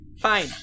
Fine